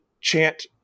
chant